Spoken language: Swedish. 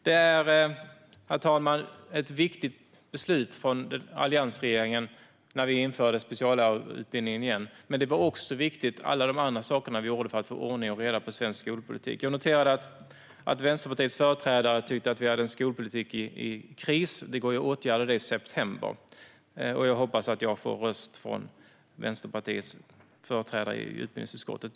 Herr talman! Det var ett viktigt beslut som fattades av alliansregeringen när speciallärarutbildningen infördes igen. Men alla andra saker vi gjorde för att få ordning och reda i svensk skolpolitik var också viktiga. Jag noterade att Vänsterpartiets företrädare tyckte att vi förde en skolpolitik i kris. Det går att åtgärda den saken i september, och jag hoppas att jag får en röst från Vänsterpartiets företrädare i utbildningsutskottet.